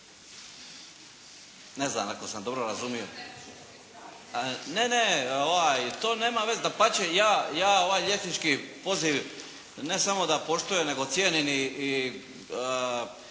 Ne znam ako sam dobro razumio? Ne, ne. To nema veze. Dapače, ja ovaj liječnički poziv ne samo da poštujem nego cijenim i